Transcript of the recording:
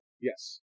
Yes